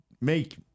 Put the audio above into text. make